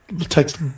text